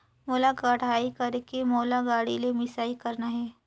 मोला कटाई करेके मोला गाड़ी ले मिसाई करना हे?